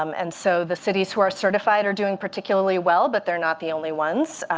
um and so the cities who are certified are doing particularly well. but they're not the only ones.